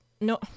no